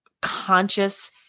conscious